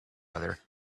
other